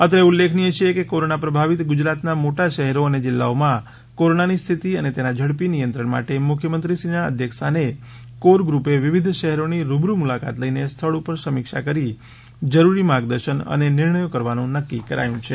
અત્રે ઉલ્લેખનીય છે કે કોરોના પ્રભાવિત ગુજરાતના મોટા શહેરો અને જિલ્લાઓમાં કોરોનાની સ્થિતિ અને તેના ઝડપી નિયંત્રણ માટે મુખ્યમંત્રીશ્રીના અધ્યક્ષ સ્થાને કોર ગ્રુપે વિવિધ શહેરોની રૂબરૂ મુલાકાત લઈને સ્થળ ઉપર સમીક્ષા કરી જરૂરી માર્ગદર્શન અને નિર્ણયો કરવાનું નક્કી કરાયું છે